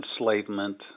enslavement